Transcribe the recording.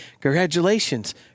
congratulations